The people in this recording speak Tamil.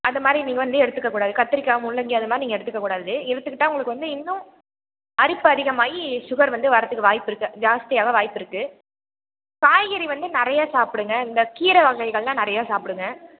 அந்த மாதிரி நீங்கள் வந்து எடுத்துக்ககூடாது கத்திரிக்காய் முள்ளங்கி அது மாதிரி நீங்கள் எடுத்துக்கக்கூடாது எடுத்துக்கிட்டால் உங்களுக்கு வந்து இன்னும் அரிப்பு அதிகமாகி சுகர் வந்து வரதுக்கு வாய்ப்பு இருக்குது ஜாஸ்தியாக வாய்ப்பு இருக்குது காய்கறி வந்து நிறையா சாப்பிடுங்க இந்த கீரை வகைகளெலாம் நிறையா சாப்பிடுங்க